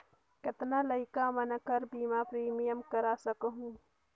कतना लइका मन कर बीमा प्रीमियम करा सकहुं?